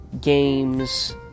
Games